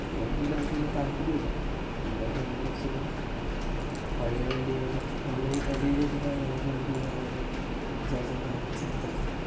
പുതിയ വണ്ടിയിൽ എനിക്ക് വലിയ താൽപര്യം ഇല്ല നമ്മളെ തന്നെ കുറച്ച് പഴയ വണ്ടിയെ നമ്മൾ എൻറ്റയിലുണ്ടായ വേറെ ഒരു വണ്ടി ആണ് പറയുന്നത് ബജാജിൻ്റെ ചേതക്കാണ്